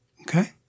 Okay